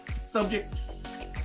subjects